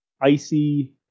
icy